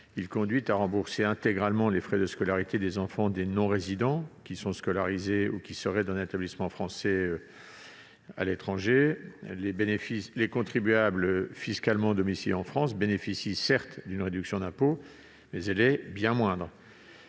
il tend à rembourser l'intégralité des frais de scolarité des enfants des non-résidents scolarisés dans un établissement français de l'étranger. Les contribuables fiscalement domiciliés en France bénéficient certes d'une réduction d'impôt, mais celle-ci est bien moindre.